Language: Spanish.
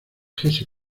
hesse